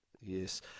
Yes